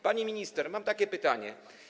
Pani minister, mam takie pytanie.